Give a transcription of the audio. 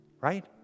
Right